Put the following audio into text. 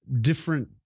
different